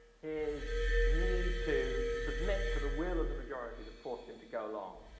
his need to submit to the will of the majority that forced him to go along